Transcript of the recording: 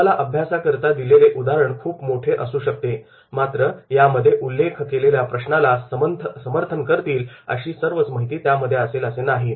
तुम्हाला अभ्यासाकरिता दिलेले उदाहरण खूप मोठे असू शकते पण त्यामध्ये उल्लेख केलेल्या प्रश्नाला समर्थन करतील अशी सर्वच माहिती त्यामध्ये असेल असे नाही